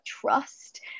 trust